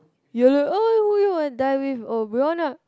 you die with